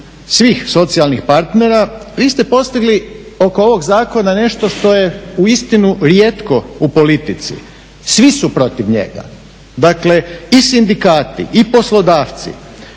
svih socijalnih partnera vi ste postigli oko ovog zakona nešto što je uistinu rijetko u politici. Svi su protiv njega. Dakle, i sindikati i poslodavci.